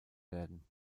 werden